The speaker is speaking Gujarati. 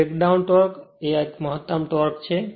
બ્રેકડાઉન ટોર્ક અને આ એક મહત્તમ ટોર્ક છે